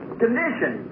condition